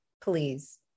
Please